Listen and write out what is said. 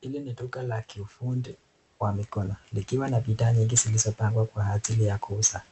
Hili ni duka la kiufundi wa mikono likiwa na bidhaa nyingi ziliyopangwa kwa ajili ya kuuza.